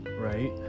right